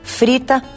frita